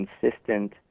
consistent